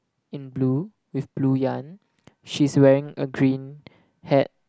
in blue with blue yarn she's wearing a green hat